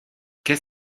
qu’est